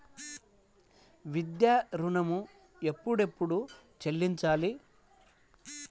విద్యా ఋణం ఎప్పుడెప్పుడు చెల్లించాలి?